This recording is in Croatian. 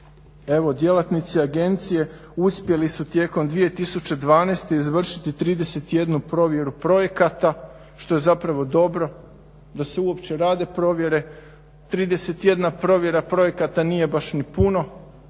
djelatnici agencije uspjeli su tijekom 2012. izvršiti 31 provjeru projekata što je zapravo dobro da se uopće rade provjere. 31 provjera projekata nije baš ni puno